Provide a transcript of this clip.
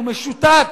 הוא משותק,